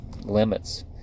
limits